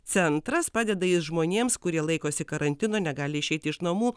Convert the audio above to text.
centras padeda žmonėms kurie laikosi karantino negali išeiti iš namų